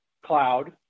cloud